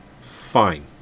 Fine